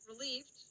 Relieved